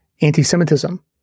anti-Semitism